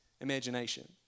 imagination